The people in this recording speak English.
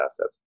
assets